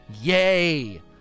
Yay